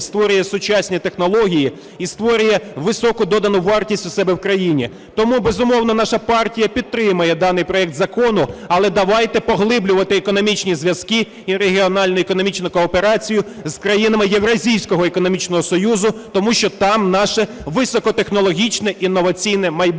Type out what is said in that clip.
створює сучасні технології і створює високу додану вартість у себе в країні. Тому, безумовно, наша партія підтримає даний проект закону. Але давайте поглиблювати економічні зв'язки і регіональну економічну кооперацію з країнами Євразійського економічного союзу, тому що там наше високотехнологічне, інноваційне майбутнє.